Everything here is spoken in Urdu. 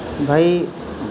بھائی